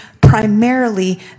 primarily